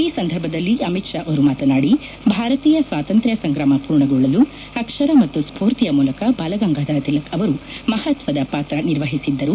ಈ ಸಂದರ್ಭದಲ್ಲಿ ಅಮಿತ್ ಶಾ ಮಾತನಾದಿ ಭಾರತೀಯ ಸ್ವಾತಂತ್ರ್ ಸಂಗ್ರಾಮ ಪೂರ್ಣಗೊಳ್ಳಲು ಅಕ್ಷರ ಮತ್ತು ಸ್ಪೂರ್ತಿಯ ಮೂಲಕ ಬಾಲಗಂಗಾಧರ ತಿಲಕ್ ಅವರು ಮಹತ್ವದ ಪಾತ್ರ ನಿರ್ವಹಿಸಿದ್ದರು